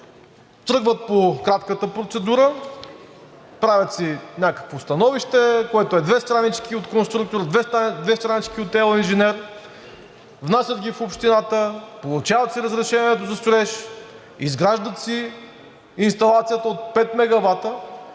Тръгват по кратката процедура, правят си някакво становище, което е две странички от конструктор, две странички от ел. инженер, внасят ги в общината, получават си разрешението за строеж, изграждат си инсталацията от 5 мегавата